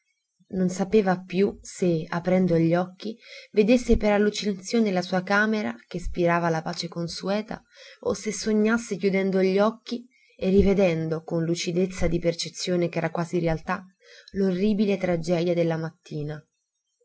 non sapeva più se aprendo gli occhi vedesse per allucinazione la sua camera che spirava la pace consueta o se sognasse chiudendo gli occhi e rivedendo con lucidezza di percezione ch'era quasi realtà l'orribile tragedia della mattina